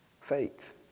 Faith